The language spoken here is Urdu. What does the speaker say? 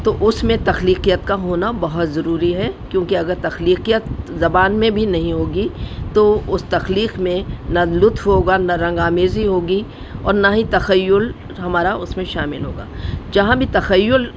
تو اس میں تخلیقیت کا ہونا بہت ضروری ہے کیونکہ اگر تخلیقیت زبان میں بھی نہیں ہوگی تو اس تخلیق میں نہ لطف ہوگا نہ رنگ آمیزی ہوگی اور نہ ہی تخیل ہمارا اس میں شامل ہوگا جہاں بھی تخیل